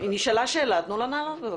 היא נשאלה שאלה תנו לה לענות, בבקשה.